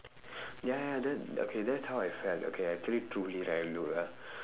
ya ya that okay that's how I felt okay actually two days I will look ah